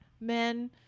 men